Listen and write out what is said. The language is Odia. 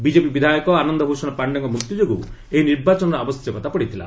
ବିଜେପି ବିଧାୟକ ଆନନ୍ଦଭୂଷଣ ପାଖେଙ୍କ ମୃତ୍ୟୁ ଯୋଗୁଁ ଏହି ଉପନିର୍ବାଚନର ଆବଶ୍ୟକତା ପଡ଼ିଥିଲା